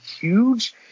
huge